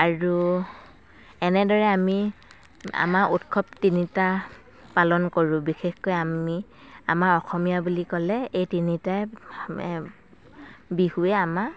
আৰু এনেদৰে আমি আমাৰ উৎসৱ তিনিটা পালন কৰোঁ বিশেষকৈ আমি আমাৰ অসমীয়া বুলি ক'লে এই তিনিটাই বিহুৱেই আমাৰ